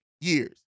years